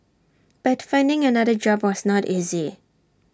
but finding another job was not easy